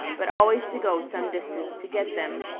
but always to go some distance to get them.